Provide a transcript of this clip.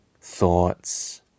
thoughts